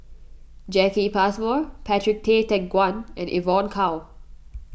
Jacki Passmore Patrick Tay Teck Guan and Evon Kow